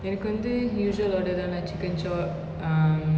எனக்கு வந்து:enaku vanthu usual order then lah chicken chop um